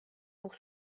pour